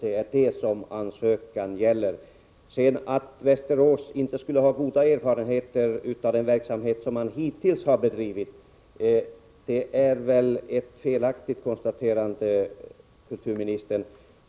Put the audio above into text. Att säga att Västerås Vision inte har goda erfarenheter av den verksamhet som hittills har bedrivits är ett felaktigt konstaterande, kulturministern.